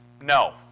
No